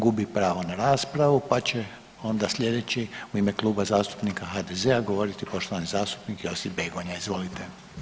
Gubi pravo na raspravu pa će onda sljedeći u ime Kluba zastupnika HDZ-a govoriti poštovani zastupnik Josip Begonja, izvolite.